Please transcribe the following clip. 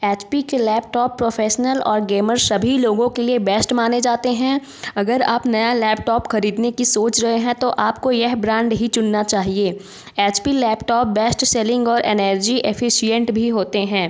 H P के laptop professional और gamer सभी लोगों के लिए बेस्ट माने जाते हैं अगर आप नया लैपटॉप खरीदने की सोच रहे हैं तो आपको यह ब्रान्ड ही चुनना चाहिए H P laptop best selling और एनर्जी एफ़िशिएन्ट भी होते हैं